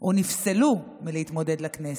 או נפסלו מלהתמודד לכנסת.